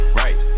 right